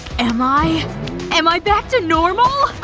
am i am i back to normal?